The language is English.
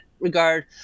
regard